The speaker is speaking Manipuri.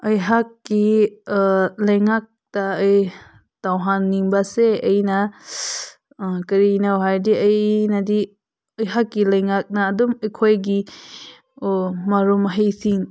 ꯑꯩꯍꯥꯛꯀꯤ ꯂꯩꯉꯥꯛꯇ ꯑꯩ ꯇꯧꯍꯟꯅꯤꯡꯕꯁꯦ ꯑꯩꯅ ꯀꯔꯤꯅꯣ ꯍꯥꯏꯔꯗꯤ ꯑꯩꯅꯗꯤ ꯑꯩꯍꯥꯛꯀꯤ ꯂꯩꯉꯥꯛꯅ ꯑꯗꯨꯝ ꯑꯩꯈꯣꯏꯒꯤ ꯃꯔꯨꯝꯍꯩꯁꯤꯡ